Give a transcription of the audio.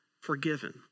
forgiven